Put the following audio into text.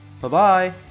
Bye-bye